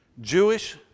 Jewish